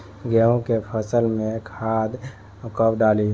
गेहूं के फसल में खाद कब डाली?